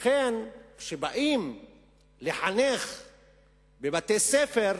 לכן כשבאים לחנך בבתי-ספר,